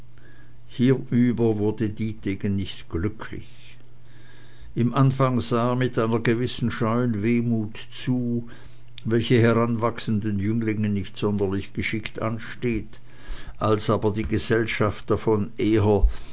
hierüber wurde dietegen nicht glücklich im anfang sah er mit einer gewissen scheuen wehmut zu welche heranwachsenden jünglingen nicht sonderlich geschickt ansteht als aber die gesellschaft davon eher